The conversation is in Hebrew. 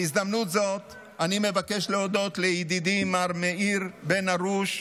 בהזדמנות זאת אני מבקש להודות לידידי מר מאיר בן הרוש,